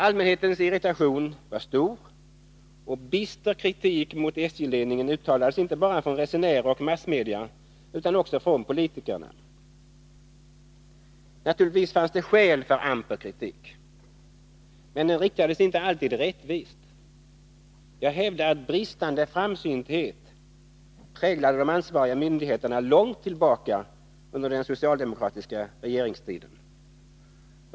Allmänhetens irritation var stor, och bister kritik mot SJ-ledningen uttalades, inte bara från resenärer och massmedia, utan också från politikerna. Naturligtvis fanns det skäl för amper kritik, men den riktades inte alltid rättvist. Jag hävdar att bristande framsynthet präglade de ansvariga myndigheterna långt tillbaka under den socialdemokratiska regeringstiden.